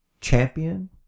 champion